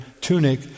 tunic